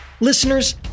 Listeners